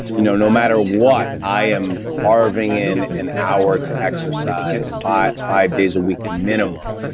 you know no matter what, i am carving in an hour to exercise five five days a week minimum.